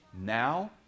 now